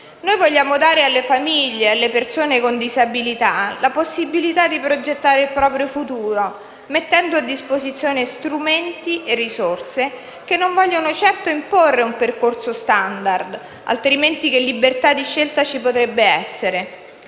Noi vogliamo dare alle famiglie e alle persone con disabilità la possibilità di progettare il proprio futuro, mettendo a disposizione strumenti e risorse che non vogliono certo imporre un percorso *standard* - altrimenti che libertà di scelta ci potrebbe essere